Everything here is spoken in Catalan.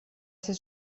ser